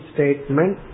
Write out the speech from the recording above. Statement